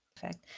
Perfect